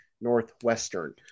Northwestern